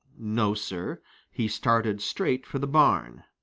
no, sir, he started straight for the barn.